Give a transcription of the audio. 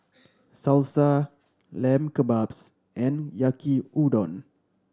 Salsa Lamb Kebabs and Yaki Udon